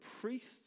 priests